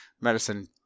Medicine